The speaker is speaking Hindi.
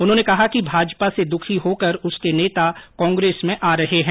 उन्होंने कहा कि भाजपा से दुखी होकर उसके नेता कांग्रेस में आ रहे हैं